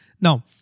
Now